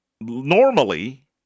normally